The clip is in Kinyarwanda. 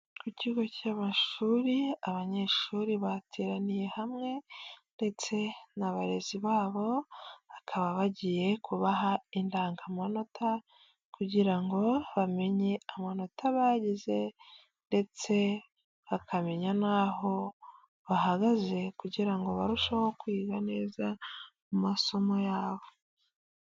Ku kigo cy'amashuri abanyeshuri bateraniye hamwe, ndetse n'abarezi babo bakaba bagiye kubaha indangamanota, kugira ngo bamenye amanota bagize, ndetse bakamenya n'aho bahagaze kugira ngo barusheho kwiga neza amasomo yabo.